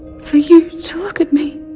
for you to look at me!